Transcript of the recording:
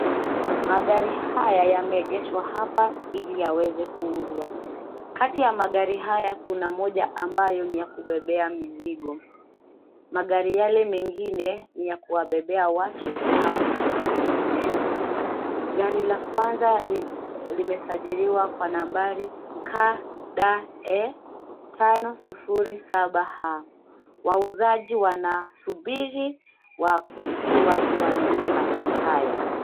Magari haya yameegeshwa hapa ili yaweze kuuzwa, kati ya magari haya kuna ambayo ni ya kubebea mizigo. Magari yale mengine ni ya kuwabebea watu au vitu vinginevyo, gari la kwanza limesajiriwa kwa nambari KDE 507H. Wauzaji wanasubiri watu waje wanunue magari haya.